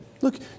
Look